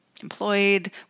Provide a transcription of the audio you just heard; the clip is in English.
Employed